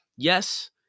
Yes